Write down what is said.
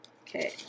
okay